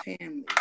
family